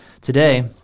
today